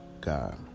God